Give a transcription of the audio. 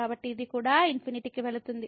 కాబట్టి ఇది కూడా ∞ కి వెళుతుంది